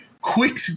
quick